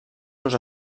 seus